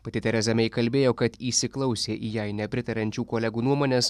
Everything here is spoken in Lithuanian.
pati tereza mei kalbėjo kad įsiklausė į jai nepritariančių kolegų nuomones